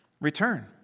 Return